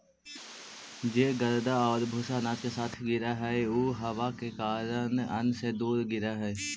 जे गर्दा आउ भूसा अनाज के साथ गिरऽ हइ उ हवा के कारण अन्न से दूर गिरऽ हइ